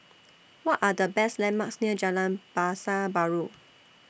What Are The Best landmarks near Jalan Pasar Baru